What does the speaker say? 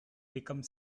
become